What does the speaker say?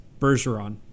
bergeron